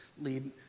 lead